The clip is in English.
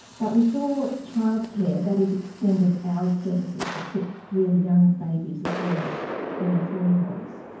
but we saw childcare, that is, extended hours services that took really young babies as well as three and four year olds,